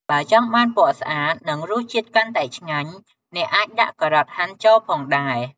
បើចង់បានពណ៌ស្អាត និងរសជាតិកាន់តែឆ្ងាញ់ អ្នកអាចដាក់ ការ៉ុតហាន់ ចូលផងដែរ។